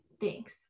thanks